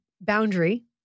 boundary